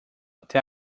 até